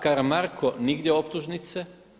Karamarko nigdje optužnice.